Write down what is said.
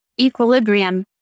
Equilibrium